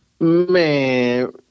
Man